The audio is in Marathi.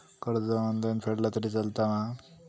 कर्ज ऑनलाइन फेडला तरी चलता मा?